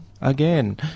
again